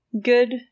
good